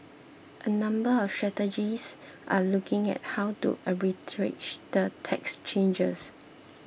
a number of strategists are looking at how to arbitrage the tax changes